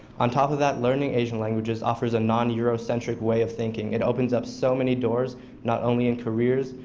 on top of that, learning asian languages offers a non-eurocentric way of thinking. it opens up so many doors not only in careers,